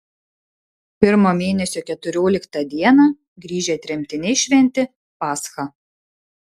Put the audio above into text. pirmo mėnesio keturioliktą dieną grįžę tremtiniai šventė paschą